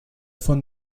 von